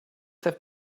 have